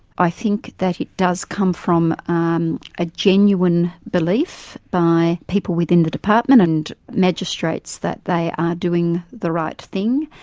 i think that it does come from um a genuine belief by people within the department, and magistrates, that they are doing the right thing.